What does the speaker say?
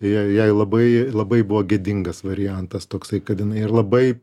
jai jai labai labai buvo gėdingas variantas toksai kad jinai ir labai